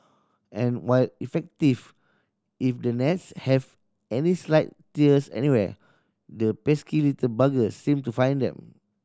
and while effective if the nets have any slight tears anywhere the pesky little buggers seem to find them